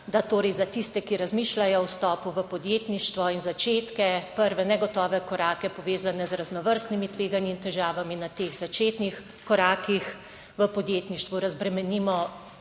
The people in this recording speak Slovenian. torej za tiste, ki razmišljajo o vstopu v podjetništvo in začenjajo prve negotove korake, povezane z raznovrstnimi tveganji in težavami. Na teh začetnih korakih v podjetništvu razbremenimo